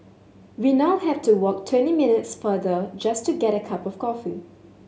we now have to walk twenty minutes farther just to get a cup of coffee